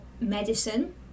medicine